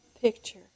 picture